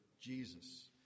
Jesus